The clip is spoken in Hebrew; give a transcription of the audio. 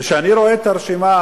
כשאני רואה את הרשימה